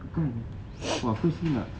kan !wah! firstly nak